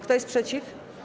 Kto jest przeciw?